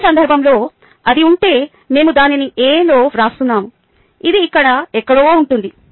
ఈ సందర్భంలో అది ఉంటే మేము దానిని A లో వ్రాస్తున్నాము ఇది ఇక్కడ ఎక్కడో ఉంటుంది